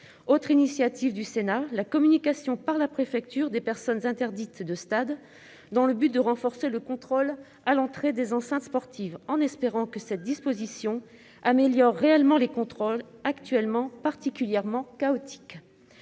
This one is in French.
autre initiative du Sénat, la communication par la préfecture des photographies des personnes interdites de stade, dans le but de renforcer le contrôle à l'entrée des enceintes sportives, en espérant que cette disposition améliore réellement les contrôles qui sont à l'heure actuelle particulièrement chaotiques.